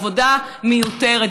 עבודה מיותרת.